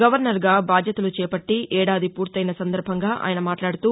governor గా బాధ్యతలు చేపట్లి ఏడాది పూర్తయిన సందర్బంగా ఆయన మాట్లాడుతూ